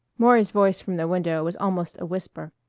maury's voice from the window was almost a whisper.